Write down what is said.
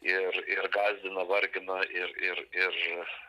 ir ir gąsdina vargina ir ir ir